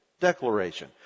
Declaration